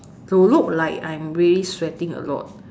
to look like I'm really sweating a lot